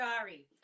sorry